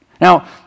Now